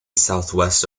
southwest